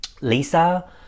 Lisa